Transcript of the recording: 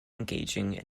engaging